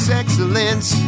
excellence